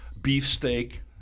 beefsteak